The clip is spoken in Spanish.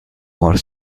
more